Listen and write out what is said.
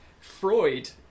freud